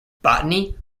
botany